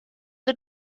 the